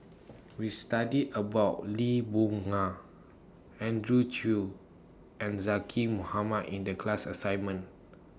We studied about Lee Boon Ngan Andrew Chew and Zaqy Mohamad in The class assignment